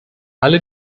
alle